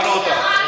שמענו אותך.